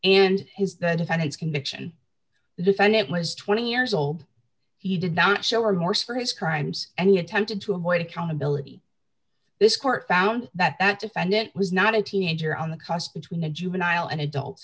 and has the defendant's conviction the defendant was twenty years old he did not show remorse for his crimes and he attempted to avoid accountability this court found that defendant was not a teenager on the cusp between a juvenile and adults